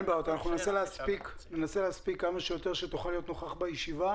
ננסה להספיק כמה שיותר כדי שתוכל להיות נוכח בישיבה.